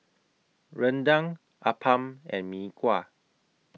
Rendang Appam and Mee Kuah